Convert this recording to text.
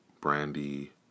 Brandy